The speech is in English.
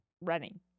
running